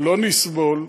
לא נסבול,